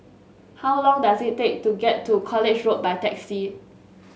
how long does it take to get to College Road by taxi